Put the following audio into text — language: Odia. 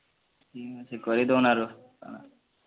ହୁଁ ସେ କରିଦଉନ୍ ଆରୁ କାଣା